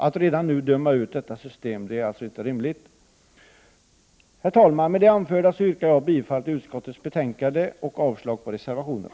Att redan nu döma ut detta system är inte rimligt. Herr talman! Med det anförda yrkar jag bifall till utskottets hemställan och avslag på reservationerna.